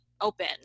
open